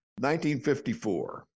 1954